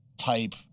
Type